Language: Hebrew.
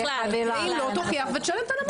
ואם לא, תוכיח ותשלם את הנמוך.